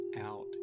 out